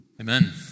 Amen